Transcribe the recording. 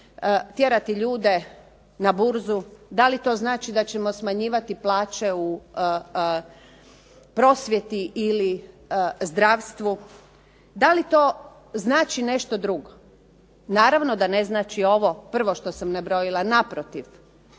tjerati ljude na burze, da li to znači da ćemo smanjivati plaće u prosvjeti ili zdravstvu, da li to znači nešto drugo? Naravno da ne znači ovo prvo što sam nabrojila, naprotiv.